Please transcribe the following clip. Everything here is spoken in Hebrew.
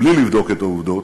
בלי לבדוק את העובדות,